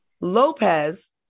Lopez